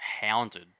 hounded